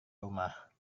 rumah